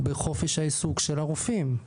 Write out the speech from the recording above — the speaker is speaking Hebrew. בחופש העיסוק של הרופאים.